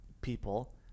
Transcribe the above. people